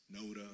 Noda